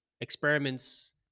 experiments